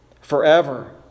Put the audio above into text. forever